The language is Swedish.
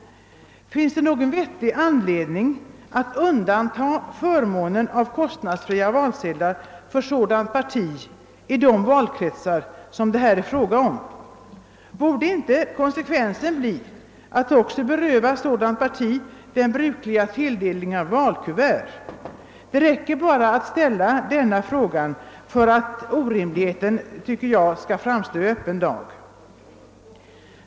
Finns det någon vettig anledning att undanta ett sådant parti från förmånen av kostnadsfria valsedlar i de valkretsar varom det här är fråga. Borde inte konsekvensen vara att man även berövar ett sådant parti den brukliga tilldelningen av valkuvert? Det räcker med att man ställer den frågan för att orimligheten skall framstå i öppen dag.